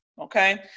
Okay